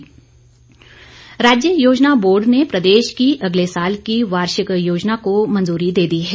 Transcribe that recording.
वार्षिक योजना राज्य योजना बोर्ड ने प्रदेश की अगले साल की वार्षिक योजना को मंजूरी दे दी हैं